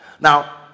Now